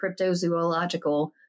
cryptozoological